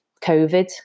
COVID